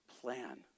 plan